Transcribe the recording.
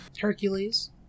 Hercules